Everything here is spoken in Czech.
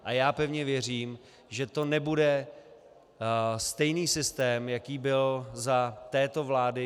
A já pevně věřím, že to nebude stejný systém, jaký byl za této vlády.